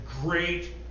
great